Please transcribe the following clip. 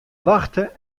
wachte